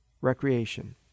recreation